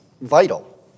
vital